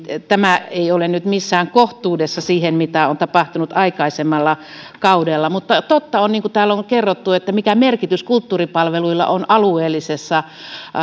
tämä ei ole nyt missään kohtuudessa siihen mitä on tapahtunut aikaisemmalla kaudella mutta totta on se niin kuin täällä on on kerrottu mikä merkitys kulttuuripalveluilla on alueellisessa